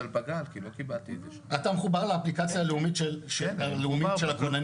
אתה מחובר לאפליקציה הלאומית של הכוננים?